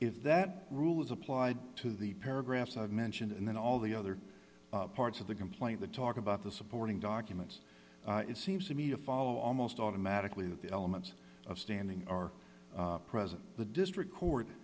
if that rule is applied to the paragraphs i've mentioned and then all the other parts of the complaint that talk about the supporting documents it seems to me to follow almost automatically that the elements of standing are present the district court